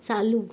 चालू